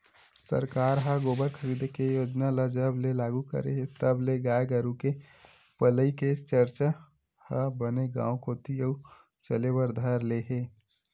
सरकार ह गोबर खरीदे के योजना ल जब ले लागू करे हे तब ले गाय गरु के पलई के चरचा ह बने गांव कोती अउ चले बर धर ले हे